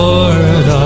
Lord